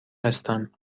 هستم